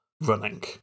running